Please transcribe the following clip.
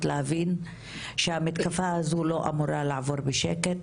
להבין שהמתקפה הזו לא אמורה לעבור בשקט.